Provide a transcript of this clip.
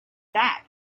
that